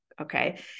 okay